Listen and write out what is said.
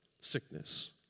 sickness